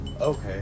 Okay